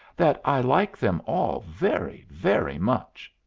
that i like them all very, very much.